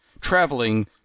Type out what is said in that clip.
traveling